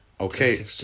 Okay